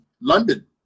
London